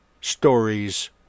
stories